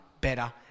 better